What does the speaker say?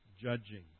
judging